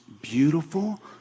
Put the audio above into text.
beautiful